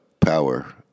power